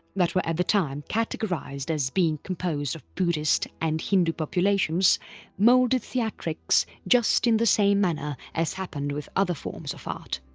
that were at that time categorised as being composed of buddhist and hindu populations moulded theatrics just in the same manner as happened with other forms of art.